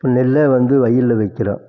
இப்போது நெல்லே வந்து வயல்ல வைக்கிறோம்